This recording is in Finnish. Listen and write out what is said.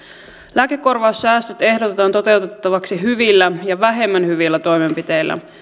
lääkekorvaussäästöt ehdotetaan toteutettavaksi hyvillä ja vähemmän hyvillä toimenpiteillä